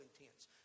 intense